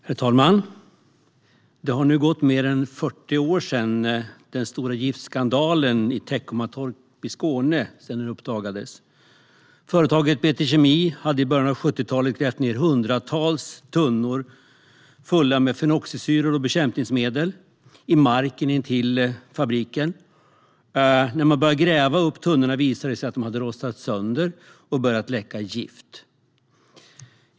Herr talman! Det har nu gått mer än 40 år sedan den stora giftskandalen i Teckomatorp i Skåne uppdagades. Företaget BT Kemi hade i början av 70-talet grävt ned hundratals tunnor fulla med fenoxisyror och bekämpningsmedel i marken intill fabriken. När man började gräva upp tunnorna visade det sig att de hade rostat sönder och börjat läcka ut gift.